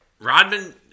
Rodman